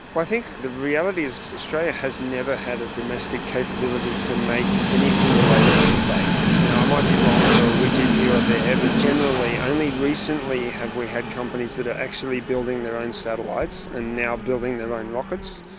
i think the reality is australia has never had a domestic capability to make anything related to space. you know i might be wrong for a widget here or there, but generally only recently have we had companies that are actually building their own satellites and now building their own rockets.